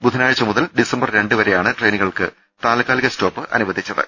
ബുധനാഴ്ച മുതൽ ഡിസംബർ രണ്ട് വരെയാണ് ട്രെയിനു കൾക്ക് താത്ക്കാലിക സ്റ്റോപ്പ് അനുവദിച്ചത്